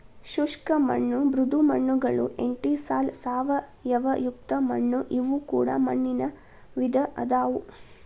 ಶುಷ್ಕ ಮಣ್ಣು ಮೃದು ಮಣ್ಣುಗಳು ಎಂಟಿಸಾಲ್ ಸಾವಯವಯುಕ್ತ ಮಣ್ಣು ಇವು ಕೂಡ ಮಣ್ಣಿನ ವಿಧ ಅದಾವು